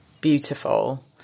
beautiful